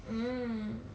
mm